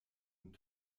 und